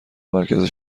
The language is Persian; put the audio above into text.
مرکز